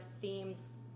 themes